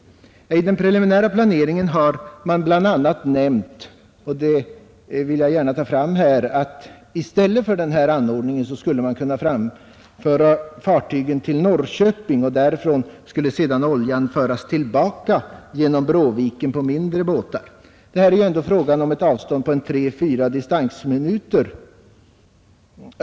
I den preliminära planeringen har bl.a. nämnts — det vill jag gärna påpeka — att i stället för att göra denna anordning skulle man kunna ta in fartygen till Norrköping och därifrån skulle sedan oljan föras tillbaka genom Bråviken på mindre båtar. Men det är ju ändå fråga om ett avstånd på 3-4 distansminuter.